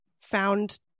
found